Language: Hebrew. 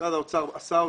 שמשרד האוצר עשה אותו,